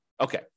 Okay